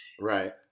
Right